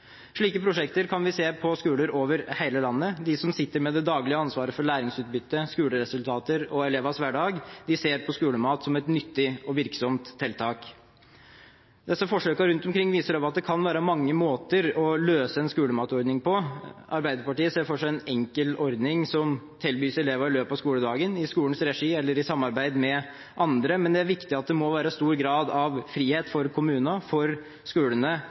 Slike prosjekter kan vi se på skoler over hele landet. De som sitter med det daglige ansvaret for læringsutbyttet, skoleresultater og elevenes hverdag, ser på skolemat som et nyttig og virksomt tiltak. Disse forsøkene rundt omkring viser også at det kan være mange måter å løse en skolematordning på. Arbeiderpartiet ser for seg en enkel ordning som tilbys elevene i løpet av skoledagen i skolens regi, eller i samarbeid med andre. Men det er viktig at det må være stor grad av frihet for kommunene og skolene